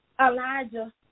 Elijah